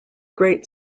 great